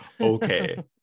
Okay